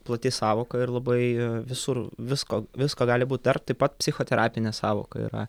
plati sąvoka ir labai visur visko visko gali būt dar taip pat psichoterapinė sąvoka yra